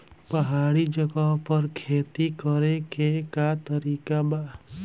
पहाड़ी जगह पर खेती करे के का तरीका बा?